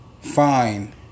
Fine